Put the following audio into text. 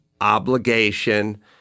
obligation